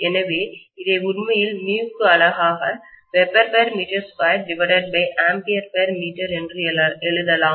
எனவே இதை உண்மையில் μ க்கு அலகாக Wbm2Amp m என்று எழுதலாம்